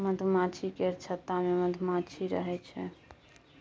मधुमाछी केर छत्ता मे मधुमाछी रहइ छै